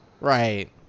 Right